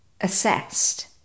assessed